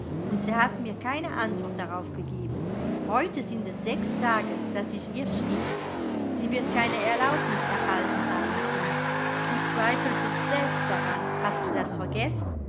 und sie hat mir keine antwort darauf gegeben heute sind es sechs tage daß ich ihr schrieb sie wird keine erlaubnis erhalten haben kind du zweifeltest selbst daran hast du das vergessen